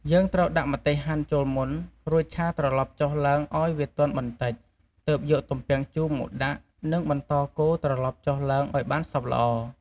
យើងត្រូវដាក់ម្ទេសហាន់ចូលមុន រួចឆាត្រឡប់ចុះឡើងឱ្យវាទន់បន្តិច ទើបយកទំពាំងជូរមកដាក់ និងបន្តកូរត្រឡប់ចុះឡើងឱ្យបានសព្វល្អ។